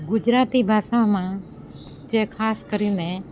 ગુજરાતી ભાસામાં જે ખાસ કરીને